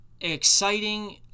exciting